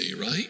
right